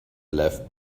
left